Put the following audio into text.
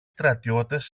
στρατιώτες